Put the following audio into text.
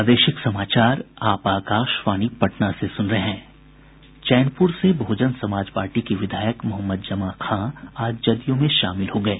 चैनपूर से बहजन समाज पार्टी के विधायक मोहम्मद जमां खां आज जदयू में शामिल हो गये